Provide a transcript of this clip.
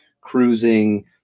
cruising